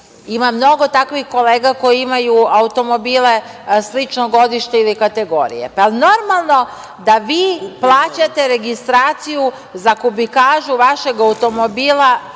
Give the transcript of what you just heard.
Ima mnogo takvih kolega koji imaju automobile slično godište ili kategorije. Da li je normalno da vi plaćate registraciju za kubikažu vašeg automobila